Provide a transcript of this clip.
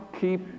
keep